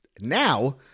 Now